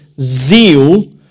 zeal